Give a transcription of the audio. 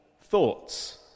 thoughts